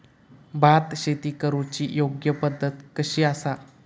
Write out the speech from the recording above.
भात शेती करुची योग्य पद्धत कशी आसा?